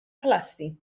klassi